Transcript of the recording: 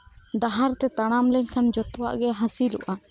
ᱰᱟᱦᱟᱨ ᱛᱮ ᱛᱟᱲᱟᱢ ᱞᱮᱠᱷᱟᱱ ᱡᱚᱛᱚᱣᱟᱜ ᱜᱤ ᱦᱟᱹᱥᱤᱞᱚᱜ ᱟ